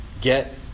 get